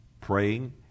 praying